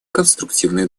конструктивный